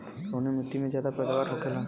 कवने मिट्टी में ज्यादा पैदावार होखेला?